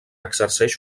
exerceix